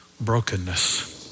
brokenness